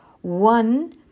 One